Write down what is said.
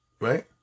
Right